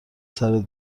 سرت